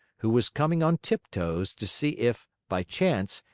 who was coming on tiptoes to see if, by chance,